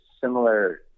similar